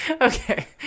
Okay